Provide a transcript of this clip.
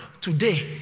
today